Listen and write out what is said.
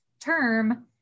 term